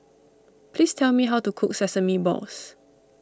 please tell me how to cook Sesame Balls